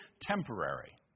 temporary